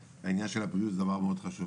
הענין של הבריאות זה דבר מאוד חשוב,